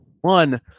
one